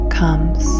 comes